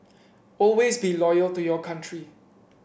always be loyal to your country